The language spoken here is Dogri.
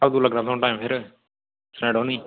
कदूं लग्गना थुहानू टाईम फिर सनाई लैओ नी